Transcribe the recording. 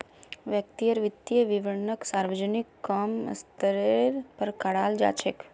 व्यक्तिर वित्तीय विवरणक सार्वजनिक क म स्तरेर पर कराल जा छेक